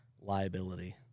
liability